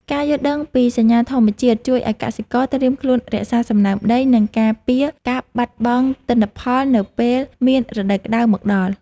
ការយល់ដឹងពីសញ្ញាធម្មជាតិជួយឱ្យកសិករត្រៀមខ្លួនរក្សាសំណើមដី និងការពារការបាត់បង់ទិន្នផលនៅពេលមានរដូវក្តៅមកដល់។